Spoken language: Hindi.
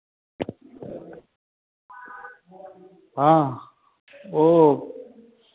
हाँ